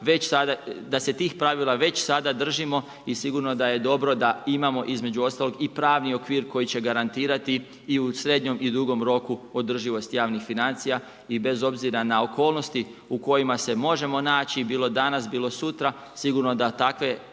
da se tih pravila već sada držimo i sigurno da je dobro da imamo između ostalog i pravni okvir koji će garantirati i u srednjem i dugom roku održivost javnih financija i bez obzira na okolnosti u kojima se možemo naći, bilo danas, bilo sutra, sigurno da takve